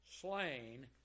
slain